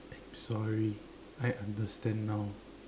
I'm sorry I understand now